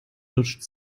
lutscht